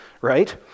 right